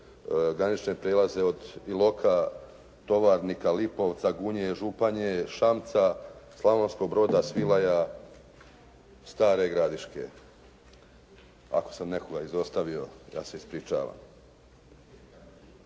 granične prijelaze od Iloka, Tovarnika, Lipovca, Gunje, Županje, Šanca, Slavonskog Broda, Svilaja, Stare Gradiške. Ako sam nekoga izostavio ja se ispričavam.